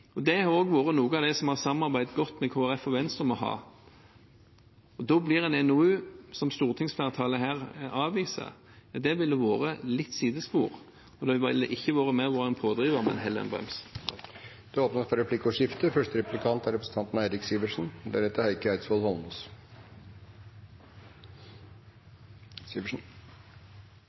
og det har også vært noe av det vi har samarbeidet godt med Kristelig Folkeparti og Venstre om. Da blir en NOU, som stortingsflertallet her avviser, et lite sidespor. Det ville ikke vært noen pådriver, men heller en brems. Det blir replikkordskifte. La meg få starte med å si takk til representanten Heikki Eidsvoll Holmås,